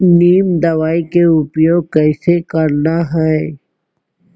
नीम दवई के उपयोग कइसे करना है?